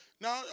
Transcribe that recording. Now